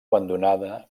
abandonada